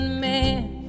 man